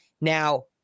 Now